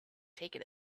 taken